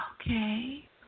Okay